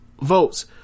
votes